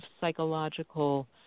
psychological